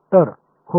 तर होय